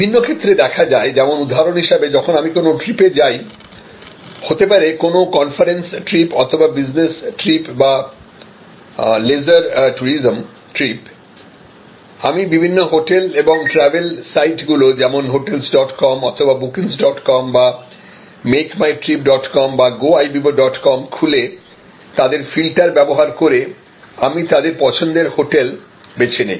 বিভিন্ন ক্ষেত্রে দেখা যায় যেমন উদাহরণ হিসাবে যখন আমি কোন ট্রিপে যাই হতে পারে কোন কনফারেন্স ট্রিপ অথবা বিজনেস ট্রিপ বা লেজার ট্যুরিজম ট্রিপআমি বিভিন্ন হোটেল এবং ট্রাভেল সাইট গুলো যেমন hotelscom অথবা bookingscom বা make my tripcom বা goibibocom খুলে তাদের ফিল্টার ব্যবহার করে আমি আমার পছন্দের হোটেল বেছে নিই